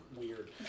weird